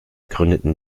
gründeten